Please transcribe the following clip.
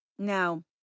Now